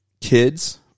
kids